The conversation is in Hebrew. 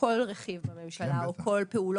כל רכיב בממשלה או כל פעולה